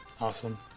awesome